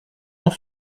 dans